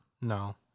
No